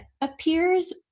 appears